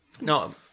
No